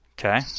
Okay